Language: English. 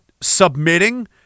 submitting